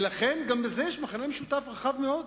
ולכן גם בזה יש מכנה משותף רחב מאוד.